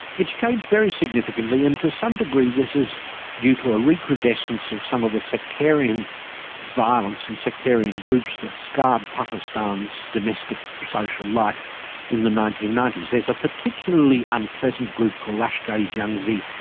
it's changed very significantly and to some degree this is due to a recrudescence of some of the sectarian violence and sectarian groups that scarred pakistan's domestic social life in the nineteen ninety s. there's a particularly unpleasant group called lashkar-e-jhangvi,